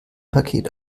paket